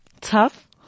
Tough